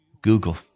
Google